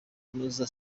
kunoza